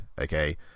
okay